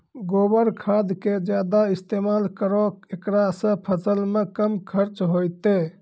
गोबर खाद के ज्यादा इस्तेमाल करौ ऐकरा से फसल मे कम खर्च होईतै?